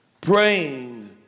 praying